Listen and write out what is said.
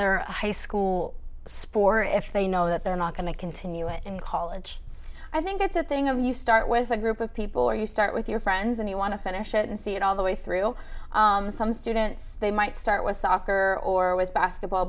their high school s'pore if they know that they're not going to continue it in college i think it's a thing of you start with a group of people or you start with your friends and you want to finish it and see it all the way through some students they might start with soccer or with basketball